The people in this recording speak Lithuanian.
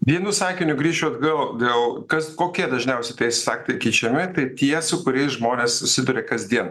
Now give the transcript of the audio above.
vienu sakiniu grįšiu atgal gal kas kokie dažniausiai teisės aktai keičiami tai tie su kuriais žmonės susiduria kasdien